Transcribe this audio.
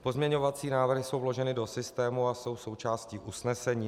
Pozměňovací návrhy jsou vloženy do systému a jsou součástí usnesení.